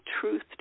truth